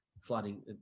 flooding